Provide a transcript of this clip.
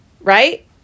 right